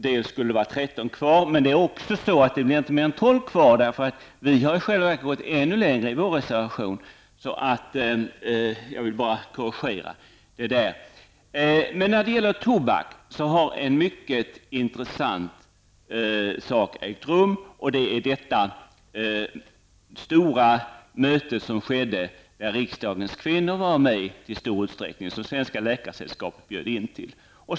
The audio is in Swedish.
Det borde bli 13 kvar, men i verkligheten blir det bara 12 kvar, eftersom vi i vår reservation har gått ännu längre. I fråga om tobaken har en mycket intressant sak hänt. Jag åsyftar det stora möte som anordnades av Svenska Läkaresällskapet och som många av riksdagens kvinnor deltog i.